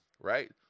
Right